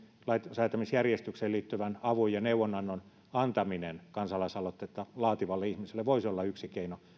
lainsäätämisjärjestykseen liittyvän avun ja neuvonannon antaminen kansalaisaloitetta laativalle ihmiselle voisi olla yksi keino